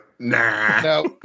Nah